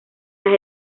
las